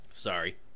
Sorry